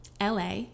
LA